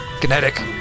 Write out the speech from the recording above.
kinetic